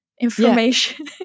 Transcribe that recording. information